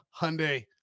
hyundai